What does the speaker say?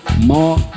more